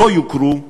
לא יוכרו כקצבאות.